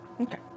Okay